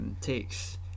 takes